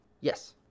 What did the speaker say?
Yes